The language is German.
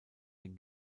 den